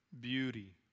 beauty